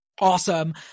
awesome